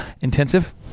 intensive